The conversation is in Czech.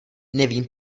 nevím